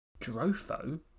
Drofo